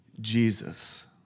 Jesus